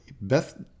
Beth